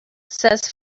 says